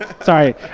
Sorry